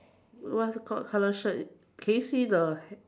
what is it called colour shirt can you see the